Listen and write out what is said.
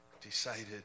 decided